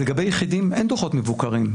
אבל לגבי יחידים, אין דו"חות מבוקרים.